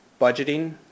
budgeting